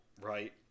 right